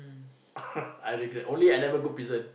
I regret only I never go prison